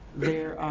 there.